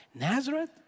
Nazareth